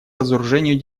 разоружению